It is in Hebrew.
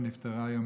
שנפטרה היום,